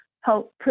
help